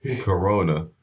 Corona